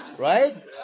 Right